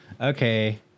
Okay